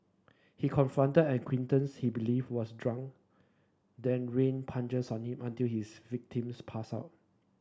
he confronted an acquaintance he believed was drunk then rained punches on him until his victims passed out